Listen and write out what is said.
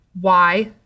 Why